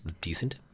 decent